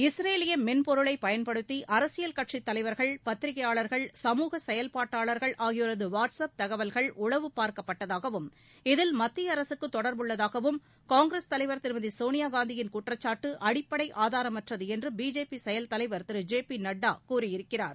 இஸ்ரேலிய மென்பொருளை பயன்படுத்தி அரசியல் கட்சித் தலைவர்கள் பத்திரிக்கையாளர்கள் சமூக செயல்பாட்டாளர்கள் ஆகியோரது வாட்ஸ் அப் தகவல்கள் உளவு பார்க்கப்பட்டதாகவும் இதில் மத்திய அரசுக்கு தொடர்புள்ளதாகவும் காங்கிரஸ் தலைவர் திருமதி சோனியாகாந்தியின் குற்றச்சாட்டு அடிப்படை ஆதாரமற்றது என்று பிஜேபி செயல் தலைவர் திரு ஜே பி நட்டா கூறியிருக்கிறார்